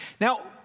Now